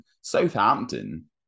Southampton